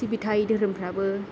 सिबिथाय धोरोमफ्राबो